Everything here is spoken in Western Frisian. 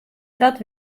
dat